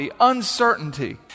uncertainty